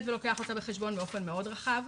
ולוקח אותה בחשבון באופן מאוד רחב,